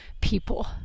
people